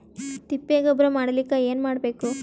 ತಿಪ್ಪೆ ಗೊಬ್ಬರ ಮಾಡಲಿಕ ಏನ್ ಮಾಡಬೇಕು?